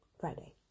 Friday